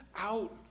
out